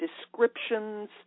descriptions